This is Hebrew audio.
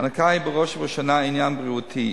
ההנקה היא בראש ובראשונה עניין בריאותי.